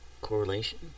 correlation